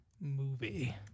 Movie